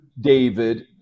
David